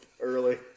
early